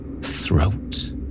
Throat